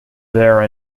there